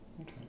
Okay